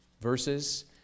verses